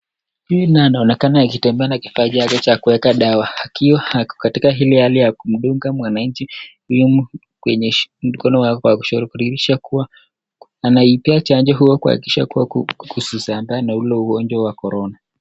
Huyu naye anaonekana akitembea na kifaa yake cha kuweka dawa akiwa ako katika hili hali ya kumdunga mwananchi huyu kwenye mkono wake wa kushoto kudhihirisha kuwa, anampea chanjo hiyo kuhakikisha kusisambae na ule ugonjwa wa corona.